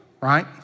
right